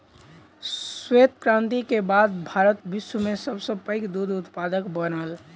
श्वेत क्रांति के बाद भारत विश्व में सब सॅ पैघ दूध उत्पादक बनल